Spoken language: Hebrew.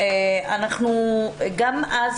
גם אז,